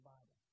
Bible